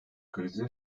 krizi